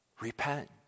Repent